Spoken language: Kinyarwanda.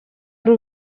ari